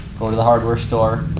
go to the hardware store.